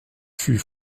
fut